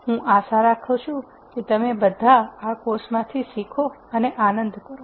હું આશા રાખું છું કે તમે બધા આ કોર્સમાંથી શીખો અને આનંદ કરો